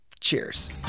Cheers